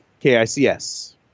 KICS